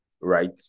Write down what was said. right